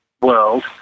world